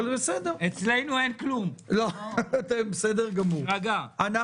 אצלנו אין כלום, תירגע.